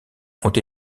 ont